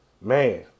Man